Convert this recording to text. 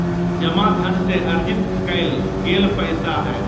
जमा धन से अर्जित कइल गेल पैसा हइ